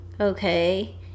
okay